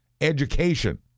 education